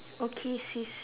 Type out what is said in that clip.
okay sis